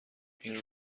این